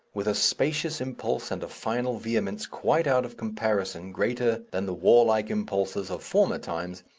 with a spacious impulse and a final vehemence quite out of comparison greater than the warlike impulses of former times,